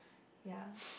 ya